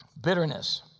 Bitterness